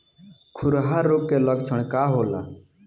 खुरहा रोग के लक्षण का होला?